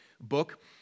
book